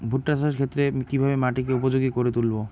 ভুট্টা চাষের ক্ষেত্রে কিভাবে মাটিকে উপযোগী করে তুলবো?